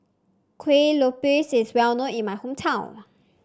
Kuih Lopes is well known in my hometown